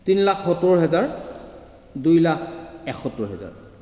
তিনি লাখ সত্তৰ হেজাৰ দুই লাখ এসত্তৰ হেজাৰ